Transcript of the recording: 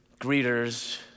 greeters